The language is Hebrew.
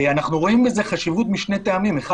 אנחנו רואים בזה חשיבות משני טעמים: אחד,